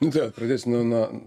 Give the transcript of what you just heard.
tai vat pradėsiu nuo nuo